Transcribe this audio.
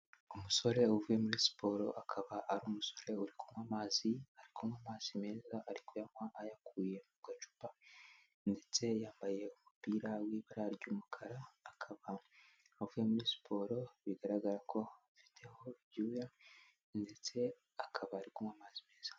Umusore uvuye muri siporo akaba ari umusore uri kunywa amazi, ari kunywa amazi meza, ari kuyanywa ayakuye mu gacupa ndetse yambaye umupira w'ibara ry'umukara, akaba avuye muri siporo bigaragara ko afiteho ibyuya ndetse akaba ari kunywa amazi meza.